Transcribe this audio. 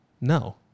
no